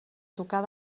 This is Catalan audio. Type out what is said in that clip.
tocar